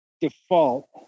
default